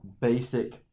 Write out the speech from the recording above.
basic